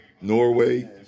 Norway